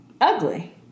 ugly